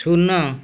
ଶୂନ